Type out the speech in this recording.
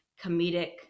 comedic